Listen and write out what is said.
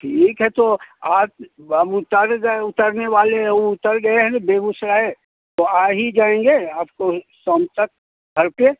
ठीक है तो आज अब उतरने वाले उतर गए हैं बेगूसराय तो आ ही जाएँगे अब तो शाम तक घर पे